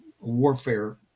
warfare